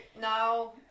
now